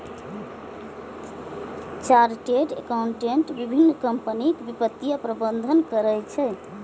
chartered accountant विभिन्न कंपनीक वित्तीय प्रबंधन करै छै